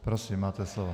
Prosím, máte slovo.